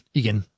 igen